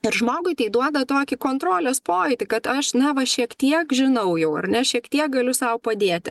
ir žmogui tai duoda tokį kontrolės pojūtį kad aš na va šiek tiek žinau jau ar ne šiek tiek galiu sau padėti